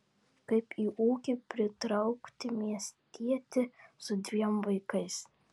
kaip į ūkį pritraukti miestietį su dviem vaikais